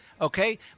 Okay